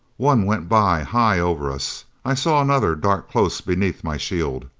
one went by, high over us. i saw another dart close beneath my shield.